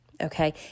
Okay